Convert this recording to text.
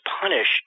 punish